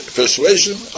persuasion